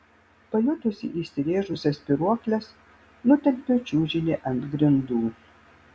pajutusi įsirėžusias spyruokles nutempiu čiužinį ant grindų